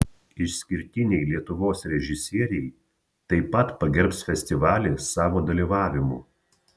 išskirtiniai lietuvos režisieriai taip pat pagerbs festivalį savo dalyvavimu